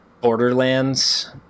Borderlands